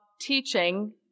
teaching